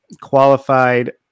qualified